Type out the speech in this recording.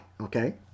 okay